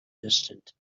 distant